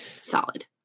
Solid